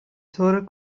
طور